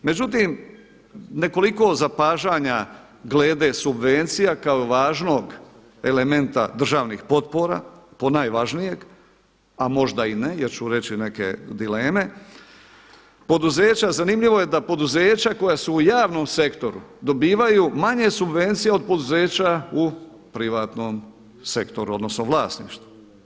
Međutim nekoliko zapažanja glede subvencija kao važnog elementa državnih potpora, ponajvažnijeg, a možda i ne jer ću reći neke dileme, zanimljivo je da poduzeća koja su u javnom sektoru dobivaju manje subvencije od poduzeća u privatnom sektoru odnosno vlasništvu.